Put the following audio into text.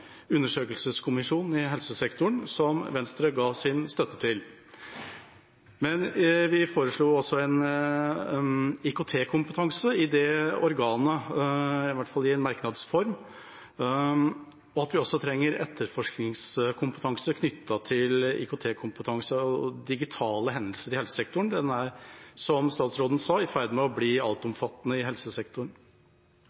i helsesektoren, som Venstre ga sin støtte til. Men vi foreslo også en IKT-kompetanse i det organet – i hvert fall i merknads form. Vi trenger også etterforskningskompetanse knyttet til IKT-kompetanse og digitale hendelser i helsesektoren – de er, som statsråden sa, i ferd med å bli